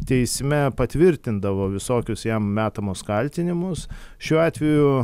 teisme patvirtindavo visokius jam metamus kaltinimus šiuo atveju